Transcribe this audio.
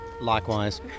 Likewise